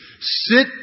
Sit